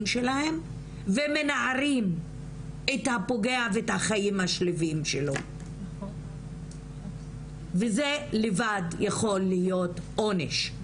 שלהם ומנערים את הפוגע ואת החיים השלווים שלו וזה לבד יכול להיות עונש,